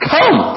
Come